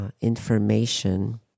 information